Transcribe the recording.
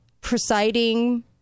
presiding